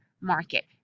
market